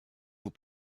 vous